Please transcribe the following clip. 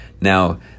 Now